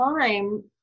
time